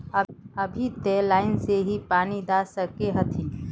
अभी ते लाइन से भी पानी दा सके हथीन?